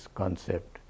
concept